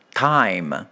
time